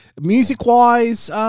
Music-wise